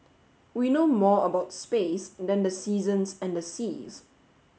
we know more about space than the seasons and the seas